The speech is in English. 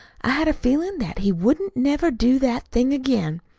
i had a feelin' that he wouldn't never do that thing again.